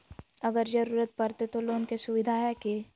अगर जरूरत परते तो लोन के सुविधा है की?